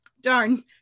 darn